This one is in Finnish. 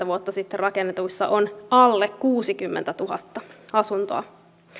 vuotta sitten rakennetuissa on alle kuusikymmentätuhatta asuntoa